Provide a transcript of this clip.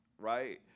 right